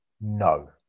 no